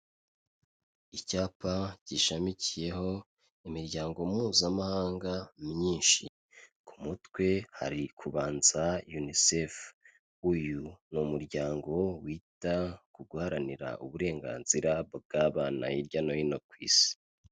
Icyapa gishamikiyeho imiryango mpuzamahanga myinshi, ku mutwe hari kubanza UNICEF, uyu ni umuryango wita ku guharanira uburenganzira bw'abana hirya no hino ku Isi.